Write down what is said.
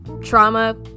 trauma